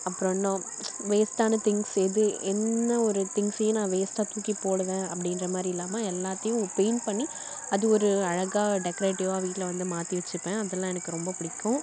அப்புறம் இன்னும் வேஸ்டான திங்க்ஸு எது என்ன ஒரு திங்க்ஸையும் நான் வேஸ்டாக தூக்கி போடுவேன் அப்படின்ற மாதிரி இல்லாமல் எல்லாத்தையும் பெயிண்ட் பண்ணி அது ஒரு அழகாக டெக்ரேட்டிவாக வீட்டில் வந்து மாற்றி வச்சிப்பேன் அதெல்லாம் எனக்கு ரொம்ப பிடிக்கும்